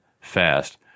Fast